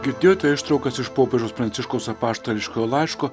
girdėjote ištraukas iš popiežiaus pranciškaus apaštališkojo laiško